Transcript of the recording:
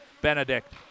Benedict